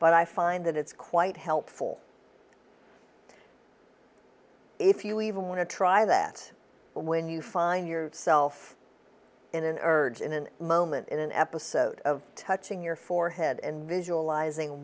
but i find that it's quite helpful if you even want to try that but when you find yourself in an urge in an moment in an episode of touching your forehead and visualizing